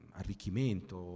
arricchimento